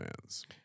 fans